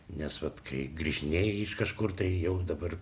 nes vat kai grįžinėji iš kažkur tai jau dabar